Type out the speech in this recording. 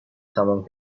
تمام